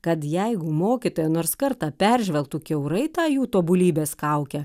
kad jeigu mokytoja nors kartą peržvelgtų kiaurai tą jų tobulybės kaukę